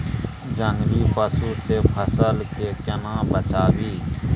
जंगली पसु से फसल के केना बचावी?